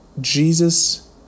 Jesus